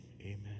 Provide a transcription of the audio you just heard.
amen